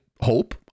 hope